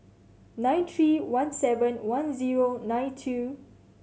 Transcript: nine three one seven one zero nine two